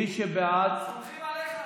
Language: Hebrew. סומכים עליך.